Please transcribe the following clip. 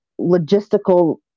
logistical